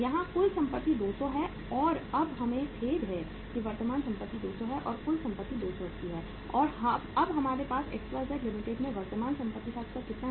यहां कुल संपत्ति 200 है और अब हमें खेद है कि वर्तमान संपत्ति 200 है और कुल संपत्ति 280 है और अब हमारे पास एक्सवाईजेड XYZ लिमिटेड में वर्तमान संपत्ति का स्तर कितना है